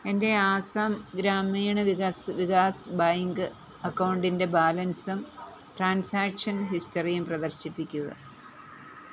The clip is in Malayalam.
എൻ്റെ ആസാം ഗ്രാമീണ വികാസ് വികാസ് ബാങ്ക് അക്കൗണ്ടിൻ്റെ ബാലൻസും ട്രാൻസാക്ഷൻ ഹിസ്റ്ററിയും പ്രദർശിപ്പിക്കുക